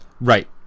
Right